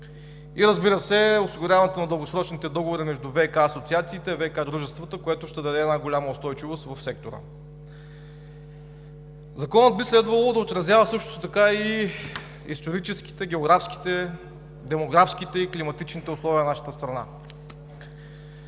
И, разбира се, осигуряването на дългосрочните договори между ВиК асоциациите и ВиК дружествата, което ще даде една голяма устойчивост в сектора. Законът би следвало да отразява също така и историческите, географските, демографските и климатичните условия на нашата страна.